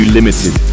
Limited